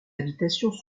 habitations